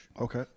Okay